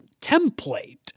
template